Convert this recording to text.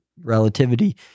relativity